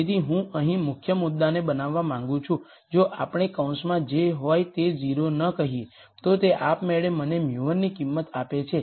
તેથી હું અહીં મુખ્ય મુદ્દાને બનાવવા માંગુ છું જો આપણે કૌંસમાં જે હોય તે 0 ન કહીએ તો તે આપમેળે મને μ1 ની કિંમત આપે છે